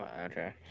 okay